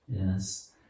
Yes